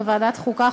בוועדת החוקה,